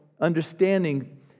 understanding